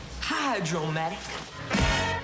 Hydromatic